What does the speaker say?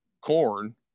corn